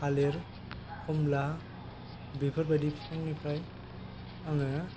थालिर कमला बेफोरबायदि बिफांनिफ्राय आङो